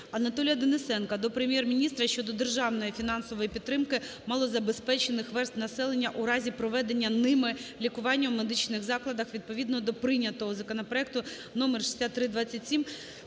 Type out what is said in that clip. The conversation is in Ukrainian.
Анатолія Денисенка до Прем'єр-міністра щодо державної фінансової підтримки малозабезпечених верств населення у разі проведення ними лікування у медичних закладах, відповідно до прийнятого законопроекту (номер 6327)